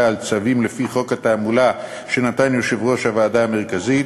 על צווים לפי חוק התעמולה שנתן יושב-ראש הוועדה המרכזית,